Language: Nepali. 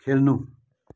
खेल्नु